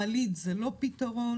מעלית זה לא פתרון,